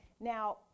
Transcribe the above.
Now